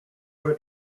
for